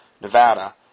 Nevada